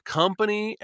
company